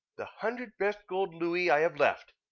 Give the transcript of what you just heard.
the hundred best gold louis i have left,